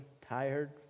tired